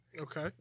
Okay